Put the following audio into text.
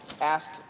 ask